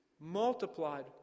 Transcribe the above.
multiplied